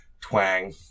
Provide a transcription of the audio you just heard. Twang